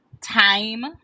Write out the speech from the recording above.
time